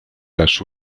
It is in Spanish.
las